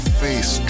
face